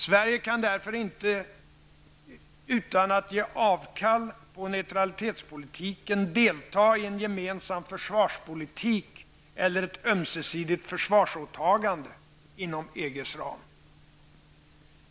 Sverige kan därför inte utan att ge avkall på neutralitetspolitiken delta i en gemensam försvarspolitik eller ett ömsesidigt försvarsåtagande inom EGs ram.